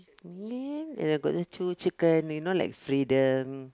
and then uh I got the two chicken you know like freedom